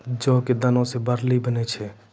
जौ कॅ दाना सॅ बार्ली बनै छै